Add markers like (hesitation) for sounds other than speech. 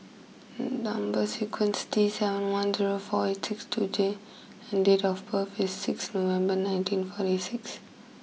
(hesitation) number sequence T seven one zero four eight six two J and date of birth is six November nineteen forty six